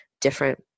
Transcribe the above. different